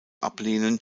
ablehnen